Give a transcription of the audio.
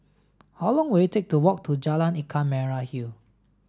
how long will it take to walk to Jalan Ikan Merah Hill